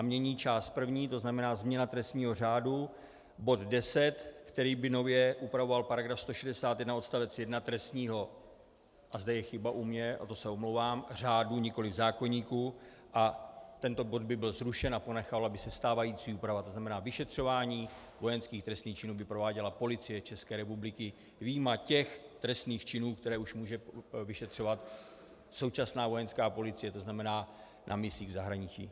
Mění část první, to znamená Změna trestního řádu, bod 10, který by nově upravoval § 161 odst. 1 trestního a zde je chyba u mě a to se omlouvám řádu, nikoliv zákoníku, a tento bod by byl zrušen a ponechala by se stávající úprava, to znamená vyšetřování vojenských trestných činů by prováděla Policie České republiky vyjma těch trestných činů, které už může vyšetřovat současná Vojenská policie, to znamená na misích v zahraničí.